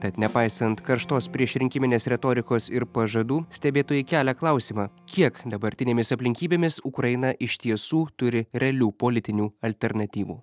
tad nepaisant karštos priešrinkiminės retorikos ir pažadų stebėtojai kelia klausimą kiek dabartinėmis aplinkybėmis ukraina iš tiesų turi realių politinių alternatyvų